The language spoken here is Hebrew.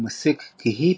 ומסיק כי היא